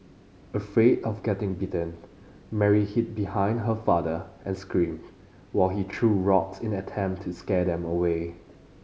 afraid of getting bitten Mary hid behind her father and screamed while he threw rocks in an attempt to scare them away